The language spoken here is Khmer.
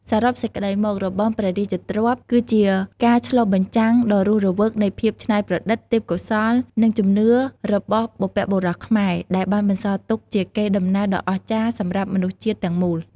សរុបសេចក្ដីមក របាំព្រះរាជទ្រព្យ គឺជាការឆ្លុះបញ្ចាំងដ៏រស់រវើកនៃភាពច្នៃប្រឌិត ទេពកោសល្យ និងជំនឿរបស់បុព្វបុរសខ្មែរ ដែលបានបន្សល់ទុកជាកេរ្តិ៍ដំណែលដ៏អស្ចារ្យសម្រាប់មនុស្សជាតិទាំងមូល។